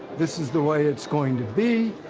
this is the way it's going to be.